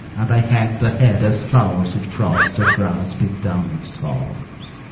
and i hang the head as flowers with frost, or grass beat down with storms.